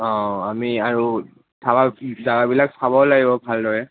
অঁ আমি আৰু জেগাবিলাক চাবও লাগিব ভালদৰে